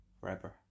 Forever